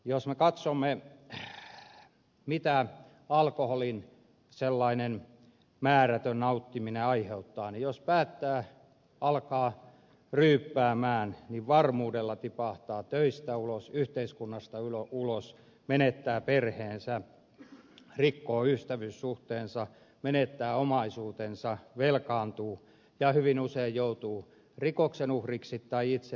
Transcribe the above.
jos me katsomme mitä alkoholin määrätön nauttiminen aiheuttaa niin jos päättää alkaa ryypätä varmuudella tipahtaa töistä ulos yhteiskunnasta ulos menettää perheensä rikkoo ystävyyssuhteensa menettää omaisuutensa velkaantuu ja hyvin usein joutuu rikoksen uhriksi tai itse rikoksen tekijäksi